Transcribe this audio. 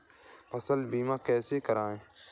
फसल बीमा कैसे कराएँ?